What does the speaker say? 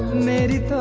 married